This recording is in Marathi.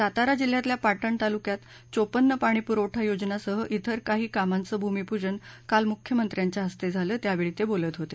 सातारा जिल्ह्यातल्या पाटण तालुक्यात चोपन्न पाणीपुरवठा योजनांसह इतर काही कामांच भूमीपूजन काल मुख्यमंत्र्यांच्या हस्ते झालं त्यावेळी ते बोलत होते